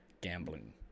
gambling